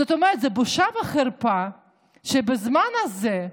זאת אומרת, זה בושה וחרפה שבזמן הזה,